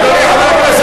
(חבר הכנסת